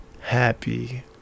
happy